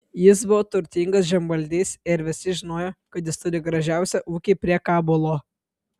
jis buvo turtingas žemvaldys ir visi žinojo kad jis turi gražiausią ūkį prie kabulo